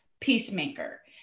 peacemaker